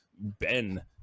ben